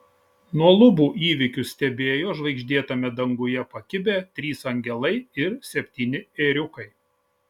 nuo lubų įvykius stebėjo žvaigždėtame danguje pakibę trys angelai ir septyni ėriukai